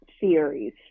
theories